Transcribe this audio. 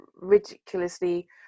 ridiculously